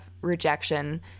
rejection